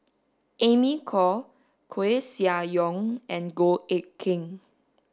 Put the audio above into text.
Amy Khor Koeh Sia Yong and Goh Eck Kheng